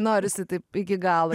norisi taip iki galo